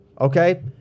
Okay